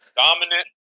Dominant